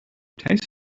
taste